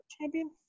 Champion